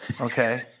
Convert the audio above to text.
okay